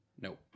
Nope